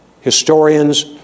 historians